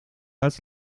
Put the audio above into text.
als